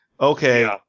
Okay